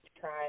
try